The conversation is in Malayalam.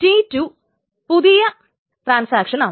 T2 പുതിയ ട്രാൻസാക്ഷനാണ്